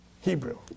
Hebrew